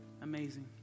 Amazing